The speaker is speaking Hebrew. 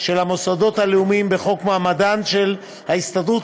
של המוסדות הלאומיים בחוק מעמדן של ההסתדרות